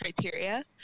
criteria